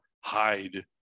hide